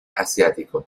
asiático